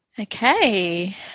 Okay